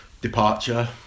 departure